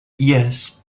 yes